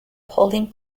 polling